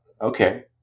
okay